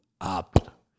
up